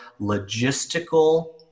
logistical